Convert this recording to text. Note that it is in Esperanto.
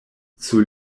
sur